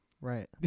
Right